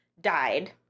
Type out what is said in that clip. died